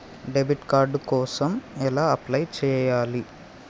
Debit card కోసం ఎలా apply చేయాలి?